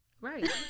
Right